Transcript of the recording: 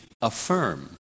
affirm